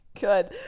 good